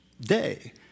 Day